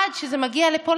ועד שזה מגיע לפה,